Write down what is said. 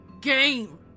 GAME